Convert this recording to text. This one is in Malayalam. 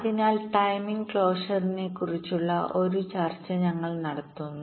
അതിനാൽ ടൈമിംഗ് ക്ലോഷറിനെക്കുറിച്ചുള്ള ഒരു ചർച്ച ഞങ്ങൾ തുടരുന്നു